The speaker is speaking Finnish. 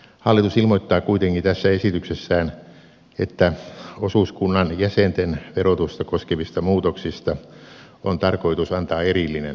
hallitus ilmoittaa kuitenkin tässä esityksessään että osuuskunnan jäsenten verotusta koskevista muutoksista on tarkoitus antaa erillinen hallituksen esitys